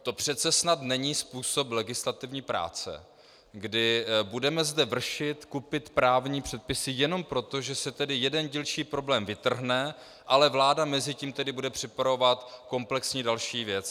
To přece snad není způsob legislativní práce, kdy budeme zde vršit, kupit právní předpisy jenom proto, že se tedy jeden dílčí problém vytrhne, ale vláda mezitím bude připravovat komplexní další věc.